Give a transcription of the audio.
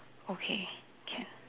okay can